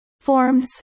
Forms